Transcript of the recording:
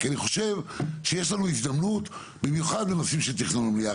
כי אני חושב שיש לנו הזדמנות במיוחד בנושאים של תכנון ובנייה.